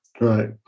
Right